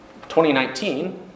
2019